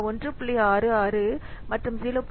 66 மற்றும் 0